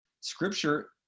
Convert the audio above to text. scripture